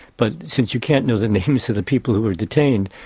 but since you can't know the names of the people who are detained,